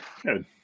Good